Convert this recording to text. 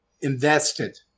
invested